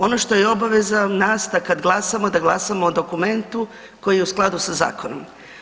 Ono što je obaveza nas da kad glasamo da glasamo o dokumentu koji je u skladu sa zakonom.